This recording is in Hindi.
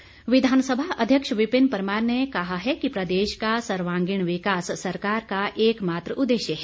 परमार विधानसभा अध्यक्ष विपिन परमार ने कहा है कि प्रदेश का सर्वागीण विकास सरकार का एक मात्र उददेश्य है